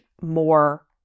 more